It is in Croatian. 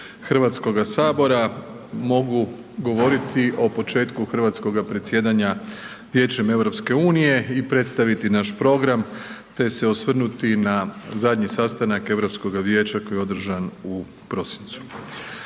ove sjednice HS mogu govoriti o početku hrvatskoga predsjedanja Vijećem EU i predstaviti naš program, te se osvrnuti na zadnji sastanak Europskoga vijeća koji je održan u prosincu.